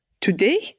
Today